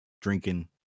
drinking